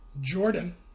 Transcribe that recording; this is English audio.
Jordan